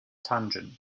tangent